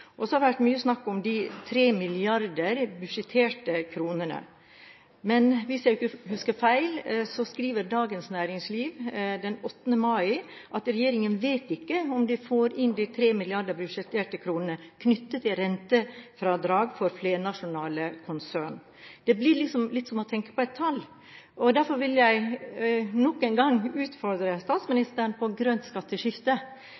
Så har det vært mye snakk om de tre milliarder budsjetterte kronene. Hvis jeg ikke husker feil, skriver Dagens Næringsliv den 8. mai at regjeringen ikke vet om de får inn de tre milliarder budsjetterte kronene knyttet til rentefradrag for flernasjonale konsern. Det blir litt som å tenke på et tall. Derfor vil jeg nok en gang utfordre